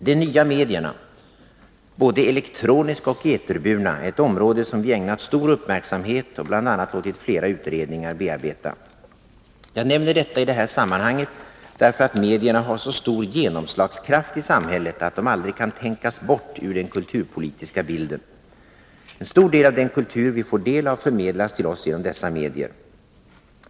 De nya medierna — både elektroniska och eterburna — är ett område som vi ägnat stor uppmärksamhet och bl.a. låtit flera utredningar bearbeta. Jag nämner detta i det här sammanhanget, därför att medierna har så stor genomslagskraft i samhället att de aldrig kan tänkas bort ur den kulturpolitiska bilden. En stor del av den kultur vi får del av förmedlas till oss genom dessa medier.